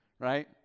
Right